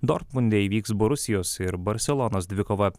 dortmunde įvyks borusijos ir barselonos dvikova